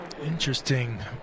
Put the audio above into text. Interesting